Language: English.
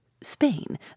Spain